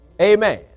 Amen